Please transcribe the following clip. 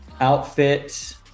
outfit